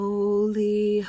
Holy